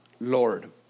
Lord